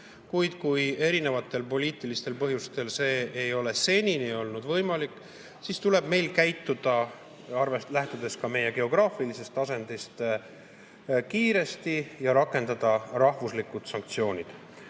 Kuid kui erinevatel poliitilistel põhjustel see ei ole seni olnud võimalik, siis tuleb meil käituda, lähtudes ka meie geograafilisest asendist, kiiresti ja rakendada rahvuslikud sanktsioonid.